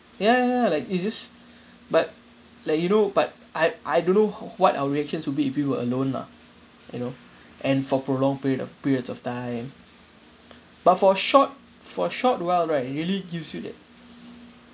ya ya ya like it just but like you know but I I don't know what our reactions will be if you were alone lah you know and for prolonged period of periods of time but for short for a short while right really it gives you that